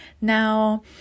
now